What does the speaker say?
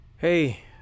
Hey